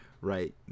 right